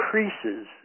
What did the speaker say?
increases